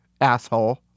asshole